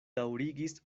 daŭrigis